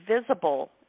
visible